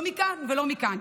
לא מכאן ולא מכאן.